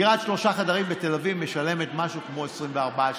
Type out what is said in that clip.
דירת שלושה חדרים בתל אביב משלמת משהו כמו 24 שקלים.